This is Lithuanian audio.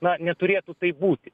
na neturėtų taip būti